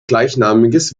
gleichnamiges